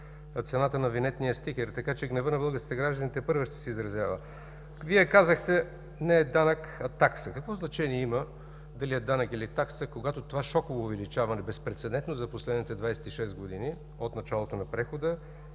цената на винетния стикер, така че гневът на българските граждани тепърва ще се изразява. (Шум и реплики от ГЕРБ.) Вие казахте: не е данък, а такса. Какво значение има дали е данък или такса, когато това шоково увеличаване, безпрецедентно за последните 26 години от началото на прехода